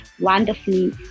wonderfully